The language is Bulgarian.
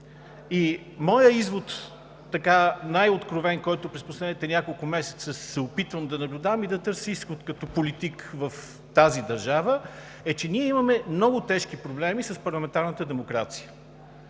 И моят най откровен извод, който през последните няколко месеца се опитвам да наблюдавам и да търся изход като политик в тази държава, е, че ние имаме много тежки проблеми с парламентарната демокрация.